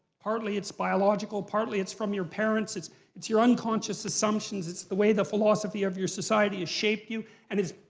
partly it's biological, partly it's from your parents. it's it's your unconscious assumptions. it's the way the philosophy of your society shaped you. and is,